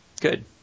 Good